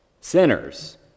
sinners